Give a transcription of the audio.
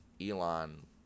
Elon